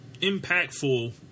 impactful